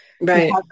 Right